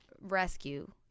rescue